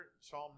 Psalm